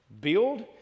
build